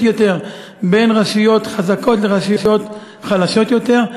יותר בין רשויות חזקות לרשויות חלשות יותר,